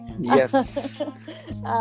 yes